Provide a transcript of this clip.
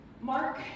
Mark